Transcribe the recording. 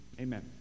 amen